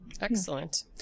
Excellent